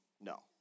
No